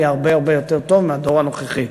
יהיה הרבה הרבה יותר טוב מהדור הנוכחי,